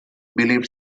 believed